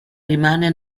rimane